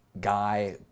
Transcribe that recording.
guy